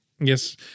Yes